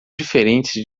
diferentes